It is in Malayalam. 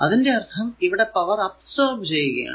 അതിന്റെ അർഥം ഇവിടെ പവർ അബ്സോർബ് ചെയ്യുകയാണ്